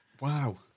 Wow